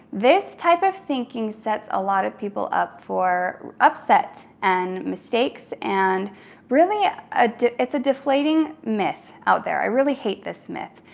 this type of thinking sets a lot of people up for upset and mistakes. and really ah ah it's a deflating myth out there. i really hate this myth.